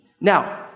Now